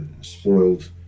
spoiled